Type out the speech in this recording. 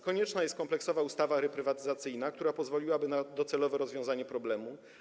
Konieczna jest kompleksowa ustawa reprywatyzacyjna, która pozwoliłaby na docelowe rozwiązanie problemu.